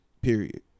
Period